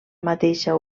mateixa